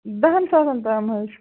دَہن ساسَن تام حظ